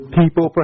people